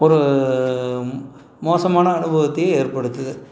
ஒரு மோசமான அனுபவத்தையே ஏற்படுத்துது